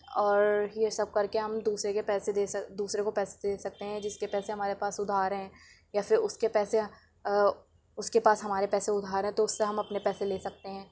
اور یہ سب کر کے ہم دوسرے کے پیسے دے سک دوسرے کو پیسے دے سکتے ہیں جس کے پیسے ہمارے پاس ادھار ہیں یا پھر اس کے پیسے اس کے پاس ہمارے پیسے ادھار ہیں تو اس سے ہم اپنے پیسے لے سکتے ہیں